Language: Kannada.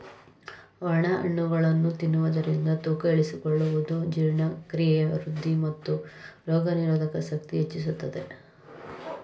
ಒಣ ಹಣ್ಣುಗಳನ್ನು ತಿನ್ನುವುದರಿಂದ ತೂಕ ಇಳಿಸಿಕೊಳ್ಳುವುದು, ಜೀರ್ಣಕ್ರಿಯೆ ವೃದ್ಧಿ, ಮತ್ತು ರೋಗನಿರೋಧಕ ಶಕ್ತಿ ಹೆಚ್ಚಿಸುತ್ತದೆ